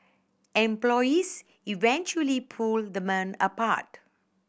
employees eventually pulled the men apart